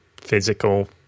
physical